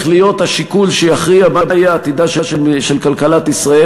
להיות השיקול שיכריע מה יהיה עתידה של כלכלת ישראל,